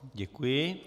Děkuji.